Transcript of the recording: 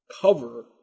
cover